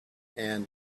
and